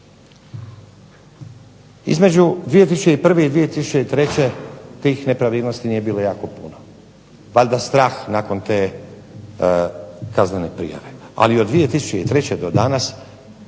Između 2001. i 2003. tih nepravilnosti nije bilo jako puno, valjda strah nakon te kaznene prijave. Ali od 2003. do danas